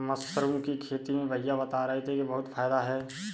mushroom की खेती में भैया बता रहे थे कि बहुत फायदा है